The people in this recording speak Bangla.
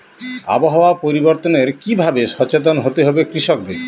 আবহাওয়া পরিবর্তনের কি ভাবে সচেতন হতে হবে কৃষকদের?